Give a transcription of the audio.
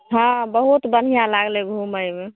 हँ बहुत बढ़िआँ लगलै घूमैमे